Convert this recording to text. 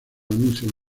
anuncios